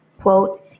quote